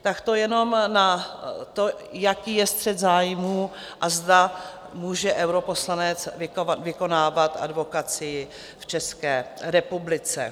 Tak to jenom na to, jaký je střet zájmů a zda může europoslanec vykonávat advokacii v České republice.